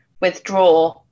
withdraw